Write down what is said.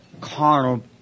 carnal